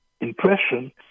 impression